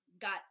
got